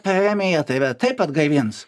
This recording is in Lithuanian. premiją tai yra taip atgaivins